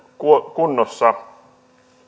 kunnossa